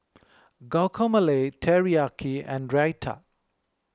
Guacamole Teriyaki and Raita